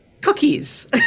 Cookies